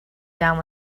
down